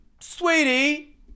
sweetie